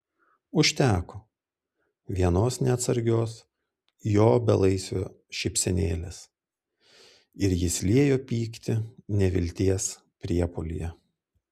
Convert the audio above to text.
užteko vienos neatsargios jo belaisvio šypsenėlės ir jis liejo pyktį nevilties priepuolyje